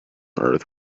earth